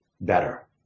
better